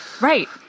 Right